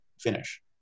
finish